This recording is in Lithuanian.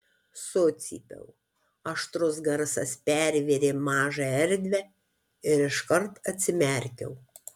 sucypiau aštrus garsas pervėrė mažą erdvę ir iškart atsimerkiau